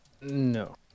No